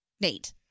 Nate